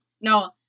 No